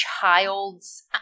child's